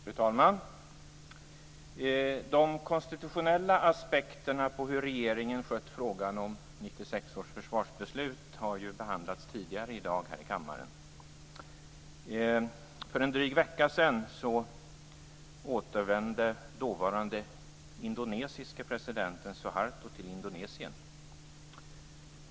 Fru talman! De konstitutionella aspekterna på hur regeringen skött frågan om 1996 års försvarsbeslut har behandlats tidigare i dag här i kammaren. För en dryg vecka sedan återvände dåvarande indonesiske presidenten Suharto till Indonesien.